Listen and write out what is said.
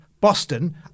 Boston